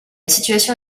situation